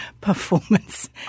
performance